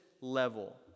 level